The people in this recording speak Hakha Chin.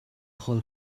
holh